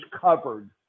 covered